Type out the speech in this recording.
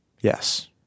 Yes